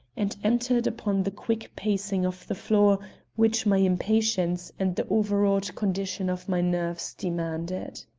and entered upon the quick pacing of the floor which my impatience and the overwrought condition of my nerves demanded.